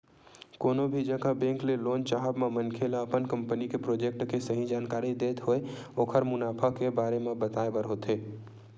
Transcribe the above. कोनो भी जघा बेंक ले लोन चाहब म मनखे ल अपन कंपनी के प्रोजेक्ट के सही जानकारी देत होय ओखर मुनाफा के बारे म बताय बर होथे